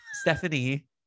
Stephanie